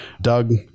doug